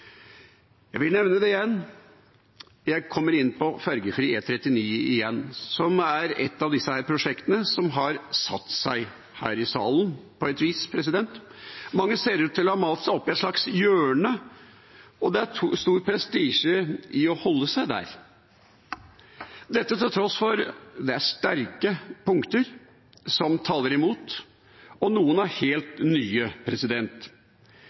Jeg vil igjen nevne ferjefri E39. Det er ett av disse prosjektene som har satt seg her i salen, på et vis. Mange ser ut til å ha malt seg opp i et slags hjørne, og det er gått stor prestisje i å holde seg der, til tross for at det er sterke punkter som taler imot – og noen er helt nye.